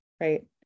right